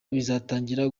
bikazatangira